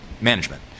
management